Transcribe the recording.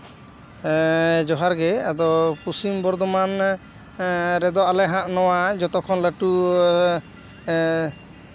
ᱦᱮᱸ ᱡᱚᱦᱟᱨ ᱜᱮ ᱟᱫᱚ ᱯᱚᱥᱪᱤᱢ ᱵᱚᱨᱫᱷᱚᱢᱟᱱ ᱨᱮᱫᱚ ᱟᱞᱮ ᱦᱟᱜ ᱱᱚᱣᱟ ᱡᱚᱛᱚᱠᱷᱚᱱ ᱞᱟᱹᱴᱩ ᱮᱜ